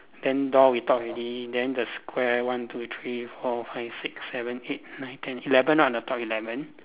then door we talk already then the square one two three four five six seven eight nine ten eleven ah the top eleven